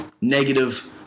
negative